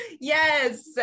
Yes